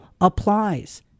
applies